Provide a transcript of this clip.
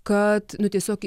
kad nu tiesiog